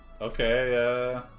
Okay